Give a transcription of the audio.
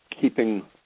Keeping